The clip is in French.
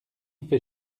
fait